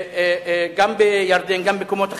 גם בירדן וגם במקומות אחרים,